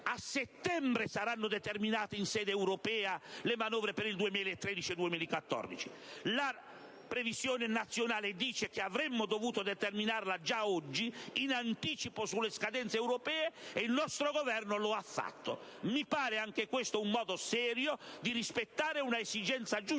a settembre saranno determinate in sede europea le manovre per il 2013-2014; la previsione nazionale dice che avremmo dovuto determinarla già oggi, in anticipo sulle scadenze europee e il nostro Governo lo ha fatto. Mi pare un modo serio di rispettare un'esigenza giusta,